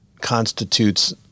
constitutes